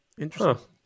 Interesting